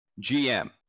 gm